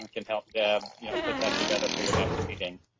um can help deb you know put that together for your next meeting.